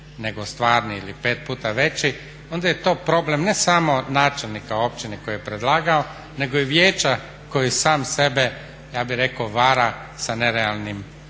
nego stvarni ili pet puta veći onda je to problem ne samo načelnika općine koji je predlagao nego i vijeća koje sam sebe, ja bih rekao vara sa nerealnim